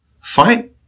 Fine